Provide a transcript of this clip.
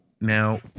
now